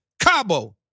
Cabo